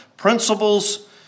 principles